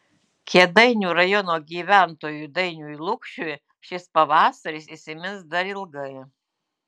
kėdainių rajono gyventojui dainiui lukšiui šis pavasaris įsimins dar ilgai